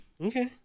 Okay